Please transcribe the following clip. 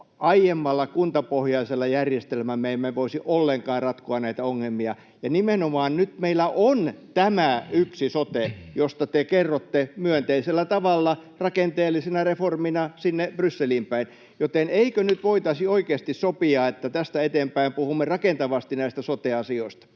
aiemmalla kuntapohjaisella järjestelmällä me emme voisi ollenkaan ratkoa näitä ongelmia. Ja nimenomaan nyt meillä on tämä yksi sote, josta te kerrotte myönteisellä tavalla rakenteellisena reformina sinne Brysseliin päin. Joten eikö nyt voitaisi oikeasti sopia, että tästä eteenpäin puhumme rakentavasti näistä sote-asioista?